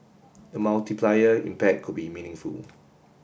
the multiplier impact could be meaningful